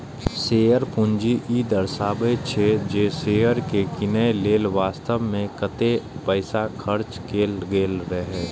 share पूंजी ई दर्शाबै छै, जे शेयर कें कीनय लेल वास्तव मे कतेक पैसा खर्च कैल गेल रहै